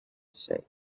said